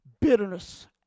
bitterness